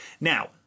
Now